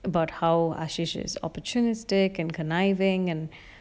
about how ashey is opportunistic and conniving and